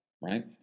right